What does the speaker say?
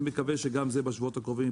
אני מקווה שגם זה ייפתר